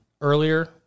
earlier